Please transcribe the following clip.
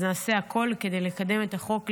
אז נעשה הכול כדי לקדם את החוק,